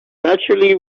naturally